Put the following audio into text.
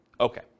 Okay